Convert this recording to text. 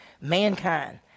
mankind